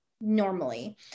Normally